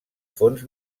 fons